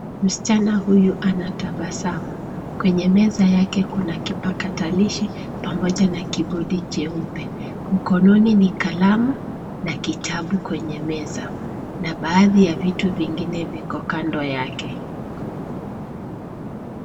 Msichana huyu anatabasamu. Kwenye meza yake kuna kipakatalishi pamoja na kibodi cheupe. Mkononi ni kalamu na kitabu kwenye meza, na baadhi ya vitu vingine viko kando yake.